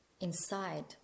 Inside